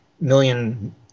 million